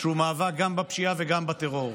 שהוא גם בפשיעה וגם בטרור.